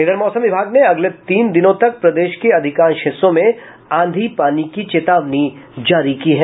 उधर मौसम विभाग ने अगले तीन दिनों तक प्रदेश के अधिकांश हिस्सों में आंधी पानी की चेतावनी जारी की है